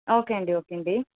okay అండి okay అండి